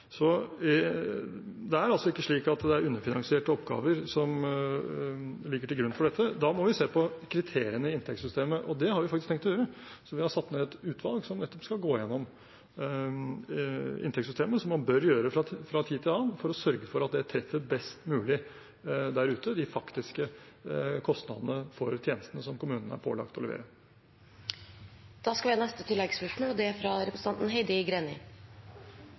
Det er altså ikke slik at det er underfinansierte oppgaver som ligger til grunn for dette. Da må vi se på kriteriene i inntektssystemet, og det har vi faktisk tenkt å gjøre. Vi har satt ned et utvalg som nettopp skal gå igjennom inntektssystemet, som man bør gjøre fra tid til annen, for å sørge for at det treffer best mulig der ute med tanke på de faktiske kostnadene for tjenestene som kommunene er pålagt å levere. Heidi Greni – til oppfølgingsspørsmål. Kommuneøkonomien har blitt stadig trangere, særlig de siste par årene, og